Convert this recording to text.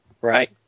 Right